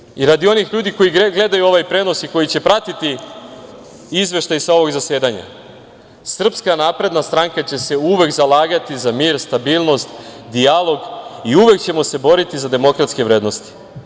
Radi istine i radi onih ljudi koji gledaju ovaj prenos i koji će pratiti izveštaj sa ovog zasedanja, Srpska napredna stranka će se uvek zalagati za mir, stabilnost, dijalog i uvek ćemo se boriti za demokratske vrednosti.